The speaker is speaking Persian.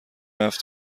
رفت